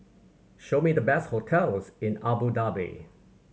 show me the best hotels in Abu Dhabi